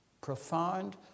Profound